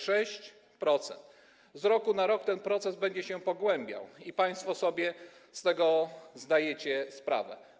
Z roku na rok ten proces będzie się pogłębiał i państwo sobie z tego zdajecie sprawę.